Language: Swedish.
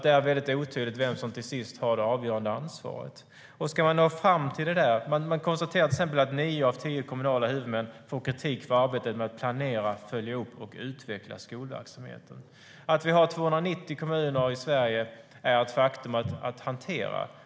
Det är otydligt vem som till sist har det avgörande ansvaret. Man konstaterar till exempel att nio av tio kommunala huvudmän får kritik för arbetet med att planera, följa upp och utveckla skolverksamheten. Vi har 290 kommuner i Sverige, och det är ett faktum att hantera.